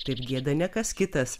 taip gieda ne kas kitas